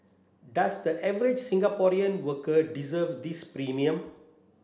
does the average Singaporean worker deserve this premium